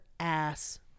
Ass